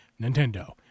Nintendo